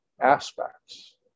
aspects